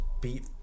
beat